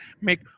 make